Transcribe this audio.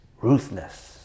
ruthless